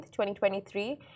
2023